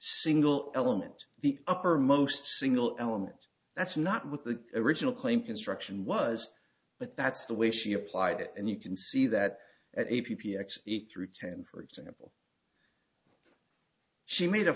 single element the uppermost single element that's not with the original claim construction was but that's the way she applied it and you can see that at a p x eat through ten for example she made a